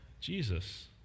Jesus